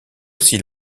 aussi